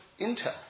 Intel